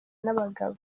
n’abagabo